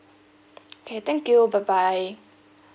okay thank you bye bye